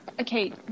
Okay